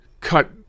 cut